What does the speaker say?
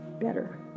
better